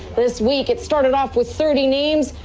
this week it started off with thirty names.